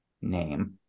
Name